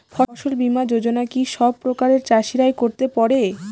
ফসল বীমা যোজনা কি সব প্রকারের চাষীরাই করতে পরে?